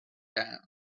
down